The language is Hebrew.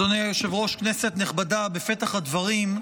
אדוני היושב-ראש, כנסת נכבדה, בפתח הדברים,